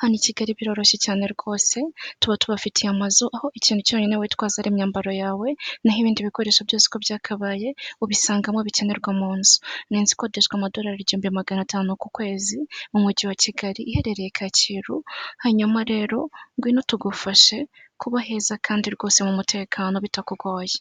Hano i Kigali biroroshye cyane rwose, tuba tubafitiye amazu aho ikintu cyonyine witwaza ari imyambaro yawe, naho ibindi bikoresho byose uko byakabaye ubisangamo bikenerwa mu nzu. Ni inzu ikodeshwa amadolari igihumbi na magana atanu ku kwezi mu Mujyi wa Kigali. Iherereye Kacyiru, hanyuma rero ngwino tugufashe kuba heza kandi rwose mu mutekano bitakugoye.